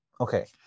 okay